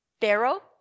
Pharaoh